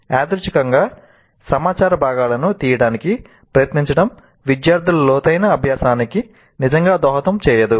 యాదృచ్ఛికంగా సమాచార భాగాలను తీయటానికి ప్రయత్నించడం విద్యార్థుల లోతైన అభ్యాసానికి నిజంగా దోహదం చేయదు